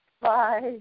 Bye